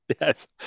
Yes